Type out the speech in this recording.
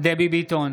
דבי ביטון,